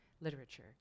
literature